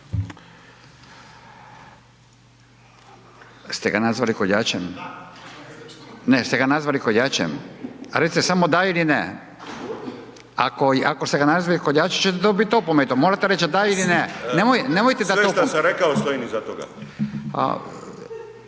(Nezavisni)** Ste ga nazvali koljačem? Recite samo da ili ne. Ako ste ga nazvali koljačem ćete dobiti opomenu, morate reći da ili ne. … /Upadica Bulj: Sve što sam rekao stojim iza toga./